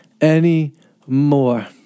anymore